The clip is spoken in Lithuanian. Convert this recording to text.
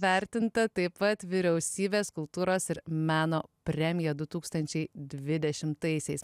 vertinta taip pat vyriausybės kultūros ir meno premija du tūkstančiai dvidešimtaisiais